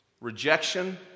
rejection